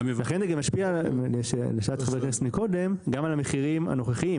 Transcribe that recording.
לכן זה משפיע גם על המחירים הנוכחיים,